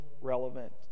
relevant